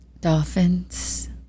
Dolphins